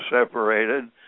separated